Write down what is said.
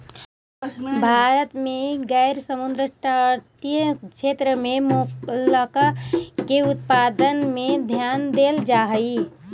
भारत में गैर समुद्र तटीय क्षेत्र में मोलस्का के उत्पादन में ध्यान देल जा हई